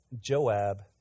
Joab